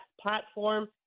platform